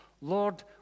Lord